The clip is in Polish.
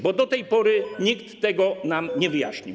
Bo do tej pory nikt tego nam nie wyjaśnił.